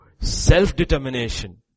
self-determination